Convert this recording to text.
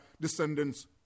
descendants